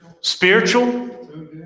spiritual